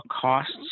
costs